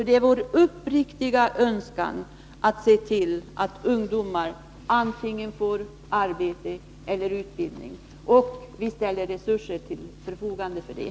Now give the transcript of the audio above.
Det är vår uppriktiga önskan att se till att ungdomar får antingen arbete eller utbildning, och vi ställer resurser till förfogande för det.